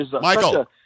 Michael